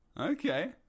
Okay